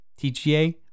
TGA